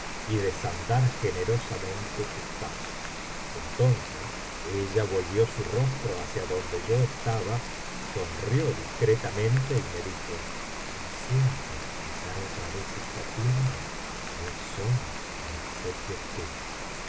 y desandar generosamente tus pasos entonces ella volvió su rostro hacia donde yo estaba sonrió discretamente y me dijo consiento en pisar otra vez esta tienda pero es sólo en obsequio tuyo